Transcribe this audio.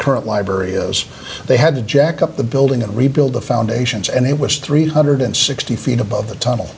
current library is they had to jack up the building and rebuild the foundations and it was three hundred sixty feet above the tunnel